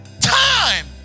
time